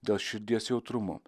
dėl širdies jautrumo